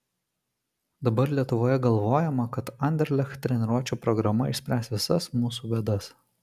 dabar lietuvoje galvojama kad anderlecht treniruočių programa išspręs visas mūsų bėdas